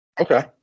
Okay